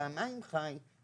פעמיים ח"י,